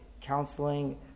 counseling